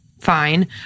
fine